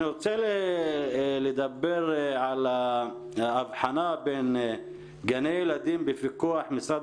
אני רוצה לדבר אל האבחנה בין גני ילדים בפיקוח משרד